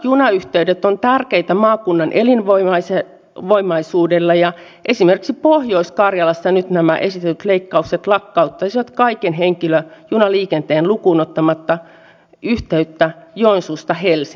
täällä on käytetty tänään monia hyviä asiallisia ja myös rakentavia puheenvuoroja ja minäkin haluan kiittää erityisesti edustaja tölliä mielestäni tärkeistä kannanotoista koskien eduskunnan arvovaltaa